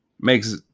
Makes